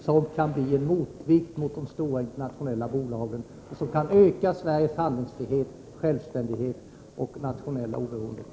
Det kan bli en motvikt mot de stora internationella bolagen och kan öka Sveriges handlingsfrihet, självständighet och nationella oberoende.